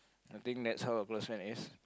I think that's how a close friend is